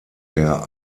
der